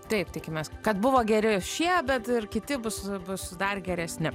taip tikimės kad buvo geri šie bet ir kiti bus bus dar geresni